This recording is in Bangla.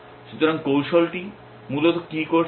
সুতরাং কৌশলটি মূলত কি করছে